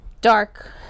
dark